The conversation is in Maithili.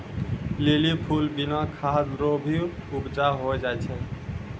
लीली फूल बिना खाद रो भी उपजा होय जाय छै